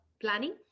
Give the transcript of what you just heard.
planning